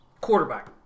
Quarterback